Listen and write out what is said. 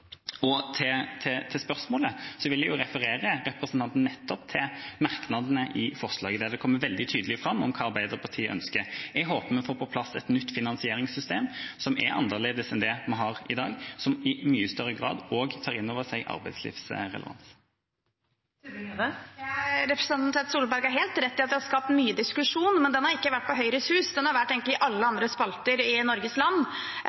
Til spørsmålet: Jeg vil referere nettopp til merknadene i innstillinga, der det kommer veldig tydelig fram hva Arbeiderpartiet ønsker. Jeg håper vi får på plass et nytt finansieringssystem som er annerledes enn det vi har i dag, og som i mye større grad også tar inn over seg arbeidslivsrelevans. Representanten Tvedt Solberg har helt rett i at det har skapt mye diskusjon, men den har ikke vært på Høyres Hus, den har egentlig vært i alle andre spalter i Norges land.